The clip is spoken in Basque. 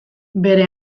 bere